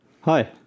Hi